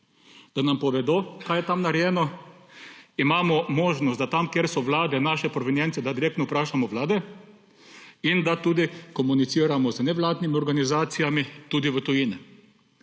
da nam povedo, kaj je tam narejeno. Imamo možnost, da tam, kjer so vlade naše provenience, direktno vprašamo vlade in da tudi komuniciramo z nevladnimi organizacijami tudi v tujini